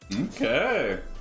Okay